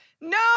No